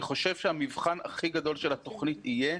אני חושב שהמבחן הכי גדול של התוכנית יהיה